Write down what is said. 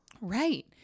Right